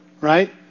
right